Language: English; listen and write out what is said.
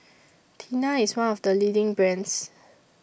Tena IS one of The leading brands